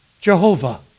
Jehovah